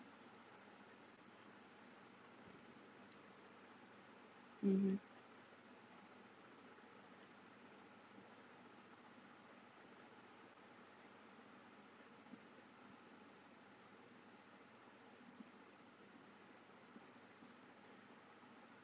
(uh huh)